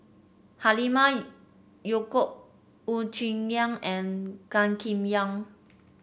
Halimah Yacob Wu Tsai Yen and Gan Kim Yong